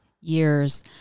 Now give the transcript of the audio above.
years